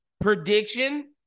Prediction